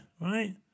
Right